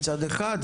מצד אחד,